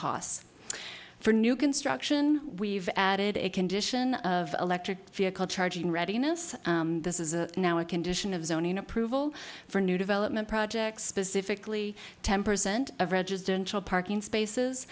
costs for new construction we've added a condition of electric vehicle charging readiness this is a now a condition of zoning approval for new development projects specifically ten percent